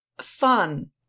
fun